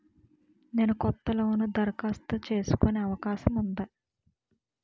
నేను కొత్త లోన్ దరఖాస్తు చేసుకునే అవకాశం ఉందా?